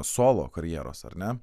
solo karjeros ar ne